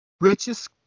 Richest